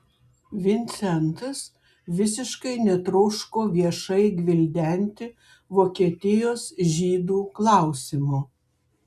vincentas visiškai netroško viešai gvildenti vokietijos žydų klausimo